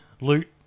loot